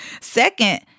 Second